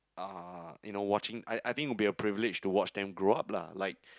uh you know watching I I think it will be a privilege to watch them grow up lah like